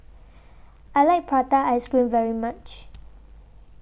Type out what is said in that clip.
I like Prata Ice Cream very much